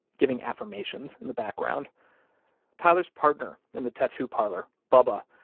giving affirmations in the background tyler's partner in the tattoo parlor, bubba,